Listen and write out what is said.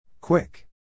Quick